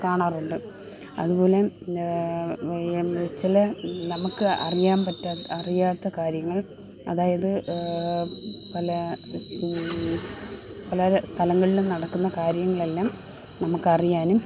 കാണാറുണ്ട് അതു പോലെ ഈ ചില നമുക്ക് അറിയാന് പറ്റാത്ത അറിയാത്ത കാര്യങ്ങള് അതായത് പല ഇത് പല സ്ഥലങ്ങളിലും നടക്കുന്ന കാര്യങ്ങളെല്ലാം നമുക്കറിയാനും